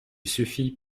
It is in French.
suffit